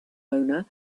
owner